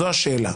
זו השאלה.